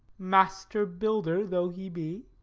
master builder though he be.